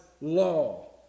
law